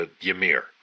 Ymir